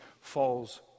falls